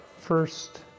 first